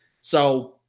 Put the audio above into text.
So-